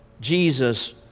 Jesus